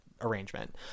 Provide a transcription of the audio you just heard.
arrangement